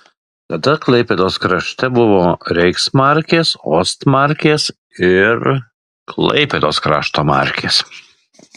tada klaipėdos krašte buvo reichsmarkės ostmarkės ir klaipėdos krašto markės